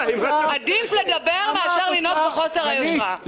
עדיף לדבר מאשר לנהוג בחוסר יושרה.